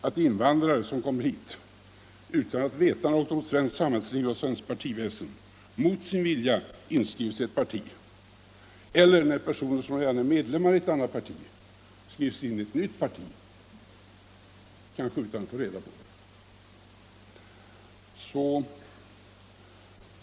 att invandrare som kommer hit utan att veta något om svenskt samhällsliv och svenskt partiväsen mot sin vilja skrivs in i ett parti eller att personer som redan är medlemmar i ett annat parti skrivs in i ett nytt parti, kariske utan att få veta det.